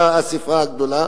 שם היתה האספה הגדולה,